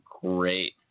great